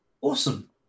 Awesome